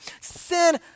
sin